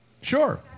Sure